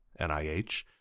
NIH